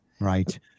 right